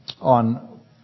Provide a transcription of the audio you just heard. on